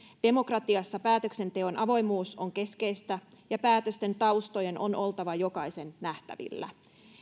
demokratiassa päätöksenteon avoimuus on keskeistä ja päätösten taustojen on oltava jokaisen nähtävillä